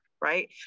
right